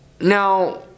Now